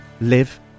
live